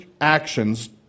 actions